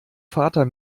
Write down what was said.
vater